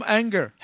anger